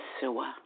sewer